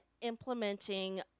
implementing